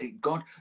God